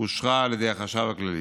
אושרה על ידי החשב הכללי.